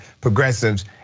progressives